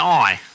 eye